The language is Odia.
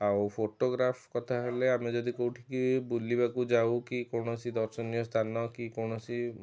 ଆଉ ଫଟୋଗ୍ରାଫ କଥା ହେଲେ ଆମେ ଯଦି କେଉଁଠିକି ବୁଲିବାକୁ ଯାଉ କି କୌଣସି ଦର୍ଶନୀୟ ସ୍ଥାନ କି କୌଣସି